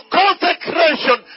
consecration